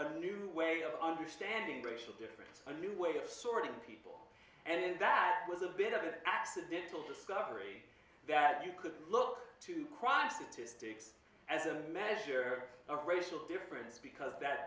a new way of understanding racial difference a new way of sorting people and that was a bit of an accidental discovery that you could look to prostitute as a measure of racial difference because that